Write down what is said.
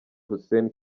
hussein